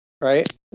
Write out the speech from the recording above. right